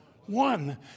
One